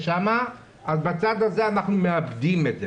אז בצד הזה אנחנו מאבדים את זה.